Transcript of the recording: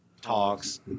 talks